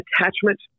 Attachment